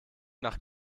nach